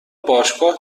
باشگاه